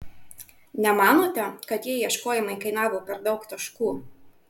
nemanote kad tie ieškojimai kainavo per daug taškų